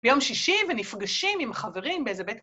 ביום שישי, ונפגשים עם חברים באיזה בית...